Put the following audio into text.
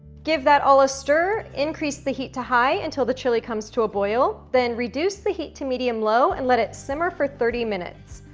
give that all a stir, increase the heat to high until the chili comes to a boil, then reduce the heat to medium low and let it simmer for thirty minutes.